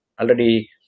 already